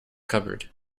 cupboard